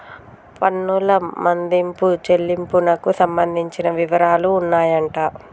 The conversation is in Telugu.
పన్నుల మదింపు చెల్లింపునకు సంబంధించిన వివరాలు ఉన్నాయంట